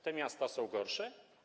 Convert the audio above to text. Te miasta są gorsze?